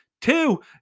Two